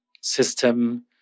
system